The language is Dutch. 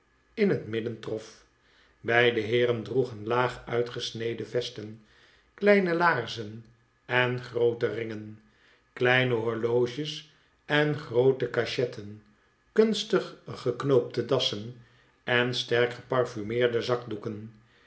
in het midden trof beide heeren droegen laag uitgesneden vesten kleine laarzen en groote ringen kleine horloges en groote cachetten kunstig ge knoopte dassen en sterk geparfumeerde zakdoeken